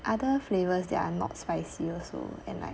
other flavours that are not spicy also and like